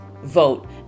vote